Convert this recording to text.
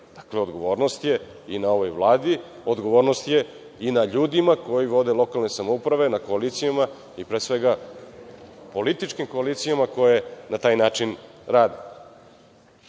ta odgovornost je i na ovoj Vladi, odgovornost je i na ljudima koji vode lokalne samouprave, na koalicijama i pre svega političkim koalicijama koje na taj način rade. Šta